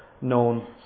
known